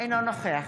אינו נוכח